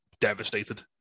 Devastated